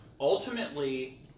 Ultimately